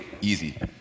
Easy